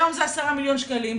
היום זה 10 מיליון שקלים,